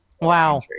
Wow